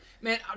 Man